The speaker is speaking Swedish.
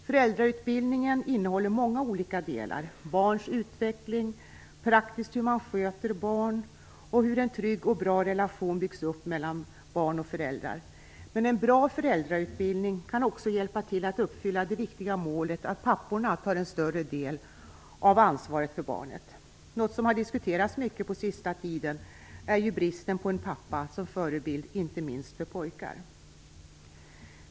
Föräldrautbildningen innehåller många olika delar: barns utveckling, hur man praktiskt sköter barn och hur en trygg och bra relation byggs upp mellan barn och föräldrar. Men en bra föräldrautbildning kan också hjälpa till att uppfylla det viktiga målet att papporna tar ett större del av ansvaret för barnen. Något som har diskuterats mycket på sista tiden är bristen på en pappa som förebild, inte minst för pojkar.